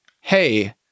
hey